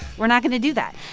we're not going to do that.